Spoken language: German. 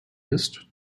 ist